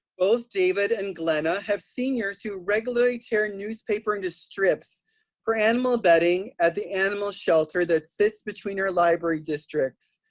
both david and glenna have seniors who regularly tear newspaper into strips for animal bedding at the animal shelter that sits between our library districts.